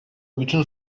bütün